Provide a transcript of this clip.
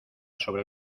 sobre